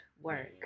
work